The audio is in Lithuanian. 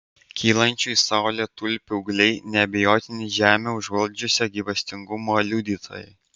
kylančių į saulę tulpių ūgliai neabejotini žemę užvaldžiusio gyvastingumo liudytojai